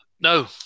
No